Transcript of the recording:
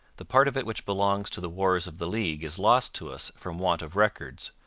the part of it which belongs to the wars of the league is lost to us from want of records.